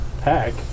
pack